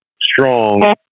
strong